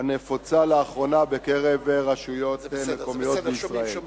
הנפוצה לאחרונה ברשויות מקומיות בישראל.